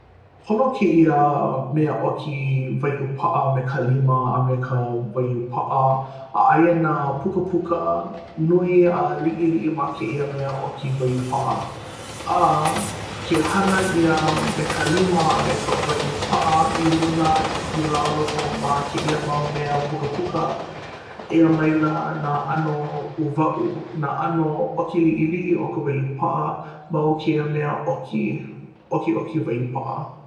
holo kēia mea ʻoki waiūpaʻa me ka lima, a me ka waiūpaʻa a aia nā pukapuka nui a liʻiliʻi ma kēia mea ʻoki waiūpaʻa a ke hana ʻia me ka lima a me ka waiūpaʻa i luna i lalo ma kēia mau mea pukapuka, eia maila nā ʻano uwaʻu, nā ʻano ʻoki liʻiliʻi o ka waiūpaʻa ma o kēia mea ʻoki ʻokiʻoki waiūpaʻa.